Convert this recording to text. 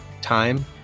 time